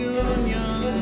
union